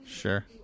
Sure